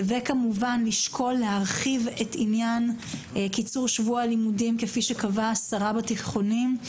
וכמובן נשקול להרחיב את קיצור שבוע הלימודים כפי שקבעה השרה בתיכונים,